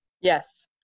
Yes